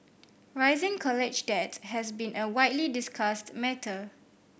rising college debts has been a widely discussed matter